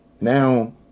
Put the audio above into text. now